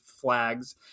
flags